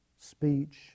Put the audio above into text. speech